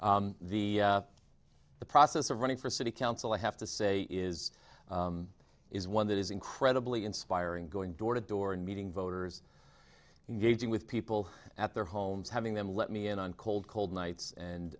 studio the the process of running for city council i have to say is is one that is incredibly inspiring going door to door and meeting voters engaging with people at their homes having them let me in on cold cold nights and